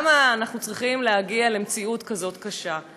למה אנחנו צריכים להגיע למציאות כזאת קשה?